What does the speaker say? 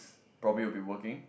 probably will be working